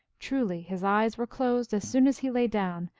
truly, his eyes were closed as soon as he lay down,